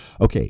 Okay